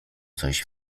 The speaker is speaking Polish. coś